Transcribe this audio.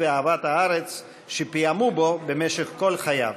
ואהבת הארץ שפיעמו בו במשך כל חייו.